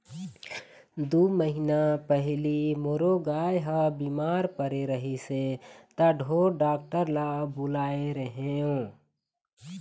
दू महीना पहिली मोरो गाय ह बिमार परे रहिस हे त ढोर डॉक्टर ल बुलाए रेहेंव